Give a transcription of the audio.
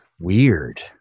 Weird